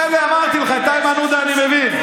לכן אמרתי לך, את איימן עודה אני מבין.